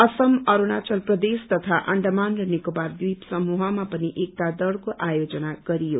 असम अरूणाचल प्रदेश तथा अण्डमान र निकोबार द्वीप समूहमा पनि एकता दौड़को आयोजन गरियो